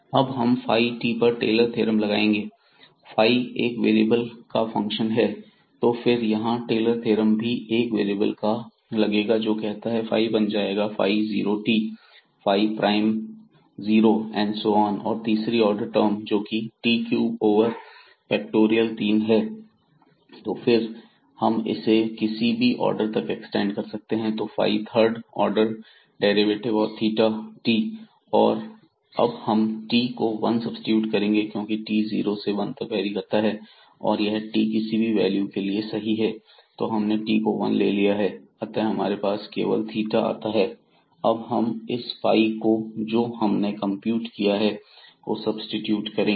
अब हम phi t पर टेलर थ्योरम लगाएंगे फाई एक वेरिएबल का फंक्शन है तो फिर यहां टेलर थ्योरम भी एक वेरिएबल का लगेगा जो कहता है फाइ बन जाएगा phi 0 t phi prime 0 and so on और तीसरी ऑर्डर टर्म जोकि t क्यूब ओवर फैक्टोरियल तीन है तो फिर हम इसे किसी भी ऑर्डर तक एक्सटेंड कर सकते हैं तो फाई थर्ड ऑर्डर डेरिवेटिव और थीटा t और अब हम t को वन सब्सीट्यूट करेंगे क्योंकि t जीरो से वन तक वेरी करता है और यह t की किसी भी वैल्यू के लिए सही है तो हमने t को 1 ले लिया है तब हमारे पास केवल थीटा आता है अब हम इस फाई को जो हमने कंप्यूट किया है को सब्सीट्यूट करेंगे